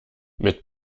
mit